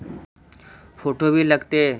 Photo भी लग तै?